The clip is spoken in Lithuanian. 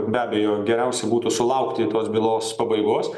be abejo geriausia būtų sulaukti tos bylos pabaigos